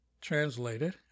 translated